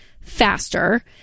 faster